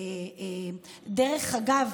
דרך אגב,